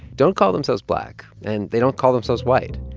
don't call themselves black, and they don't call themselves white.